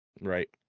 right